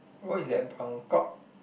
oh it's at Buangkok